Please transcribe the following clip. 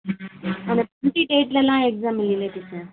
அந்த ட்வெண்ட்டி டேட்லலாம் எக்ஸாம் இல்லைல்ல டீச்சர்